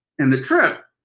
and the trip.